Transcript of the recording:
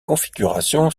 configuration